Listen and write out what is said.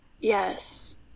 Yes